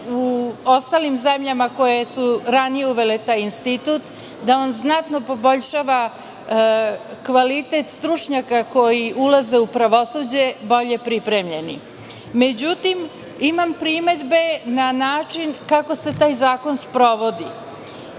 u ostalim zemljama koje su ranije uvele taj institut, da on znatno poboljšava kvalitet stručnjaka koji ulaze u pravosuđe. Međutim, imam primedbe na način kako se taj zakon sprovodi. Sve